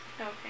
Okay